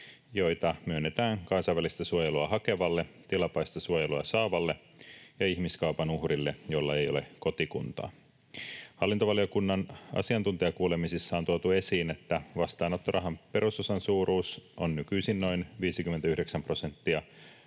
joita myönnetään kansainvälistä suojelua hakevalle, tilapäistä suojelua saavalle ja ihmiskaupan uhrille, jolla ei ole kotikuntaa. Hallintovaliokunnan asiantuntijakuulemisissa on tuotu esiin, että vastaanottorahan perusosan suuruus on nykyisin noin 59 prosenttia